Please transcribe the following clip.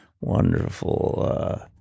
wonderful